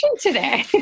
today